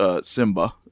Simba